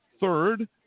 third